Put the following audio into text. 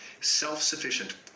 self-sufficient